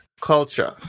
culture